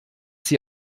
sie